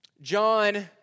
John